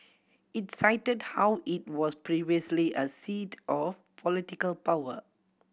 it cited how it was previously a seat of political power